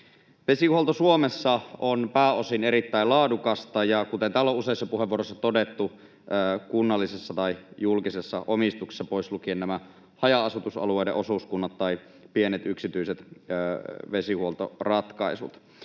Vesihuolto Suomessa on pääosin erittäin laadukasta ja kunnallisessa tai julkisessa omistuksessa pois lukien nämä haja-asutusalueiden osuuskunnat tai pienet yksityiset vesihuoltoratkaisut,